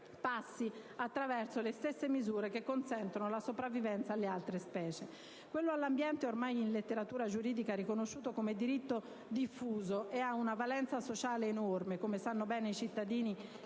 passino attraverso le stesse misure che consentono la sopravvivenza alle altre specie. Quello all'ambiente è ormai in letteratura giuridica riconosciuto come diritto diffuso ed ha una valenza sociale enorme, come sanno bene i cittadini